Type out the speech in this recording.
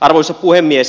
arvoisa puhemies